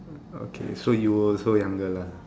okay so you were also younger lah